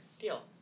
deal